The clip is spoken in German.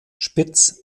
spitz